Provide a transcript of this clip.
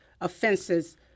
offenses